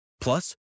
Plus